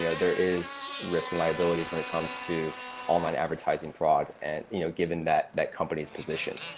you know there is risk and liabilities when it comes to online advertising fraud and you know given that that company's position.